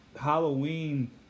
Halloween